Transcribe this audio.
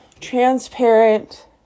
transparent